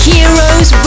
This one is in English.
Heroes